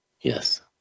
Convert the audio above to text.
Yes